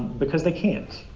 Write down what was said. because they can't.